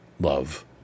love